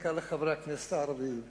בעיקר לחברי הכנסת הערבים,